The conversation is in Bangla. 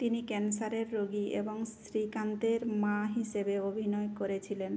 তিনি ক্যান্সারের রোগী এবং শ্রীকান্তের মা হিসেবে অভিনয় করেছিলেন